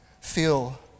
feel